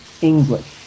English